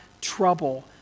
trouble